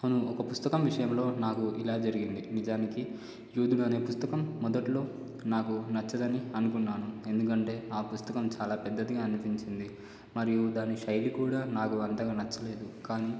అను ఒక పుస్తకం విషయంలో నాకు ఇలా జరిగింది నిజానికి యోధుడనే పుస్తకం మొదట్లో నాకు నచ్చదని అనుకున్నాను ఎందుకంటే ఆ పుస్తకం చాలా పెద్దదిగా అనిపించింది మరియు దాని శైలి కూడా నాకు అంతగా నచ్చలేదు కానీ